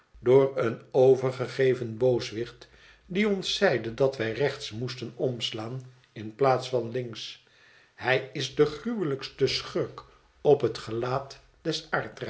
door een overgegeven booswicht die ons zeide dat wij rechts moesten omslaan in plaats van links hij is de gruwelijkste schurk op het gelaat